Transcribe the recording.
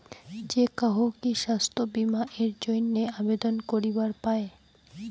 যে কাহো কি স্বাস্থ্য বীমা এর জইন্যে আবেদন করিবার পায়?